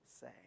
say